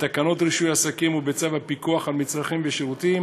בתקנות רישוי עסקים ובצו הפיקוח על מצרכים ושירותים